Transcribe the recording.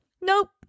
nope